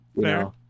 fair